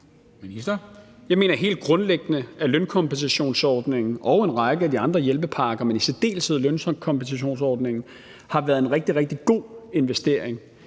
Jeg mener helt grundlæggende, at lønkompensationsordningen og en række af de andre hjælpepakker, men i særdeleshed lønkompensationsordningen, har været en rigtig, rigtig god investering.